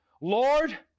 Lord